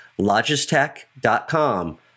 logistech.com